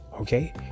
Okay